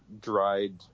dried